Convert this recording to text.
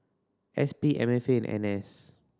S P M F A and N S